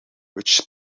which